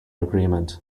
agreement